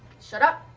shut up!